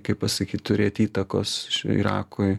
kaip pasakyt turėt įtakos irakui